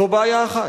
זו בעיה אחת.